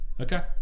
Okay